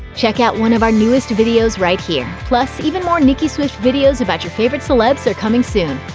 check out one of our newest videos right here! plus, even more nicki swift videos about your favorite celebs are coming soon.